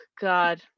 god